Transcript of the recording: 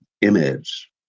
image